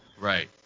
Right